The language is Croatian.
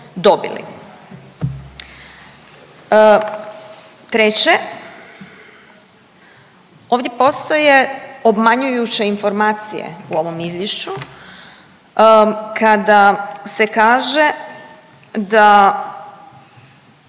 Treće ovdje postoje obmanjujuće informacije u ovom izvješću kada se kaže da